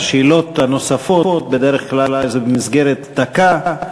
השאלות הנוספות בדרך כלל זה במסגרת דקה.